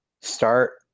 start